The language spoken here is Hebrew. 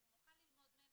אנחנו נוכל ללמוד מהם,